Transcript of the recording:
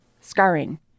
scarring